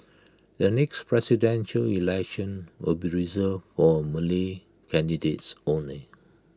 the next Presidential Election will be reserved for Malay candidates only